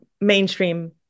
mainstream